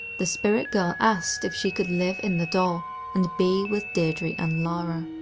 the spirit girl asked if she could live in the doll and be with deidre and lara.